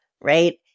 right